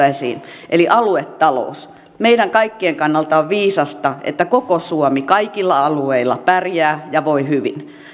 esiin eli aluetalouteen meidän kaikkien kannalta on viisasta että koko suomi kaikilla alueilla pärjää ja voi hyvin